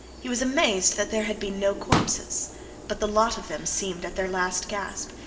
he was amazed that there had been no corpses but the lot of them seemed at their last gasp,